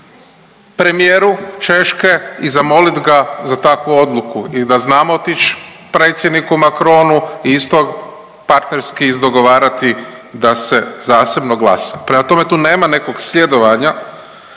premijeru Češke i zamolit ga za takvu odluku i da znamo otić predsjedniku Macronu i isto partnerski izdogovarati da se zasebno glasa. Prema tome, tu nema nekog sljedovanja.